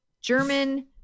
german